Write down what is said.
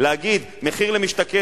להגיד: מחיר למשתכן,